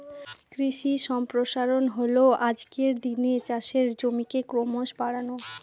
কৃষি সম্প্রসারণ হল আজকের দিনে চাষের জমিকে ক্রমশ বাড়ানো